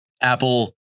Apple